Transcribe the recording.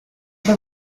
the